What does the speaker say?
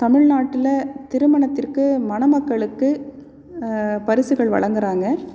தமிழ்நாட்டுல திருமணத்திற்கு மணமக்களுக்கு பரிசுகள் வழங்குகிறாங்க